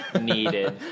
Needed